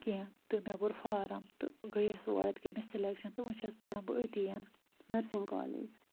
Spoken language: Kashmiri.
کیٚنٛہہ تہٕ مےٚ بوٚر فارَم تہٕ گٔیَس اور اَتہِ گٔے مےٚ سٕلٮ۪کشَن تہٕ وۄنۍ چھَس پَران بہٕ أتی نٔرسِنٛگ کالیج